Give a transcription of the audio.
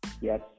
yes